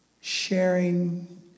sharing